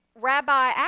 Rabbi